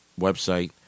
website